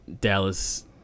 dallas